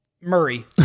Murray